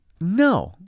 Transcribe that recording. No